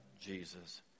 Jesus